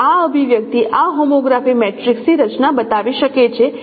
હવે આ અભિવ્યક્તિ આ હોમોગ્રાફી મેટ્રિક્સની રચના બતાવી શકે છે